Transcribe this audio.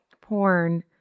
porn